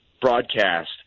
broadcast